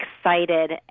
excited